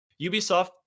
Ubisoft